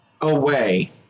Away